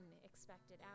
unexpected